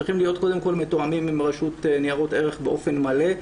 צריכים להיות קודם כל מתואמים עם רשות ניירות ערך באופן מלא,